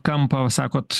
kampą va sakot